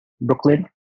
Brooklyn